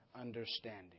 understanding